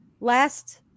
last